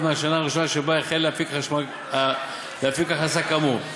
מהשנה הראשונה שבה החל להפיק הכנסה כאמור,